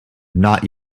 not